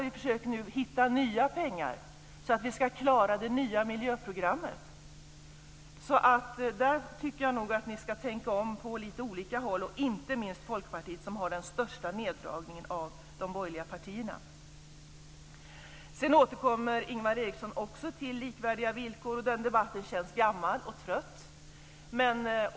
Vi försöker hitta nya pengar så att vi ska klara det nya miljöprogrammet. Där tycker jag att ni ska tänka om på lite olika håll, inte minst Folkpartiet som föreslår den största neddragningen av de borgerliga partierna. Sedan återkommer Ingvar Eriksson till likvärdiga villkor. Den debatten känns gammal och trött.